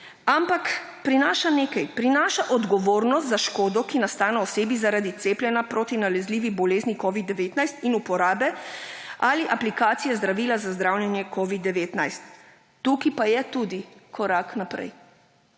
Ampak prinaša nekaj, prinaša odgovornost za škodo, ki nastane osebi zardi cepljenja proti nalezljivi bolezni COVID-19 in uporabe ali aplikacije zdravila za zdravljenje COVID-19. Tukaj pa je tudi korak naprej.